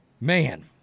Man